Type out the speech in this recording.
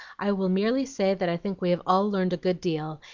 i will merely say that i think we have all learned a good deal,